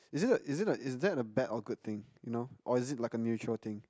is it is it is that a bad or good thing you know or is it like a neutral thing